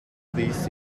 this